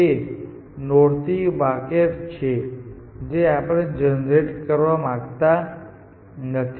તે નોડથી વાકેફ છે જે આપણે જનરેટ કરવા માંગતા નથી